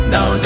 Now